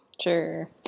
Sure